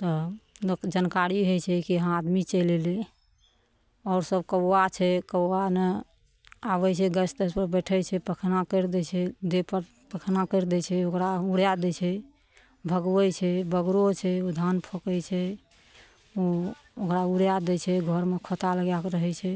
तब लोक जानकारी होइ छै कि इहाँ आदमी चलि अएलै आओर सब कौआ छै कौआ नहि आबै छै गैस तैसपर बैठै छै पखैना करि दै छै देहपर पखैना करि दै छै ओकरा उड़ै दै छै भगबै छै बगरो छै ओ धान फोंकै छै ओ ओकरा उड़ै दै छै घरमे खोँता लगैके रहै छै